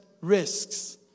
risks